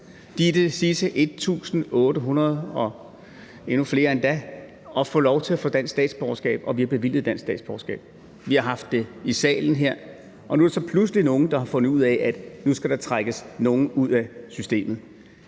mennesker, disse 1.800 – og endda endnu flere – at få lov til at få dansk statsborgerskab, og vi har bevilget et dansk statsborgerskab. Vi har haft det i salen her, og nu er der så pludselig nogle, der har fundet ud af, at der skal trækkes nogle ud af systemet.